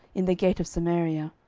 in the gate of samaria.